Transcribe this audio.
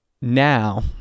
Now